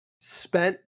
spent